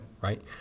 Right